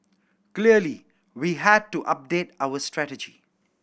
clearly we had to update our strategy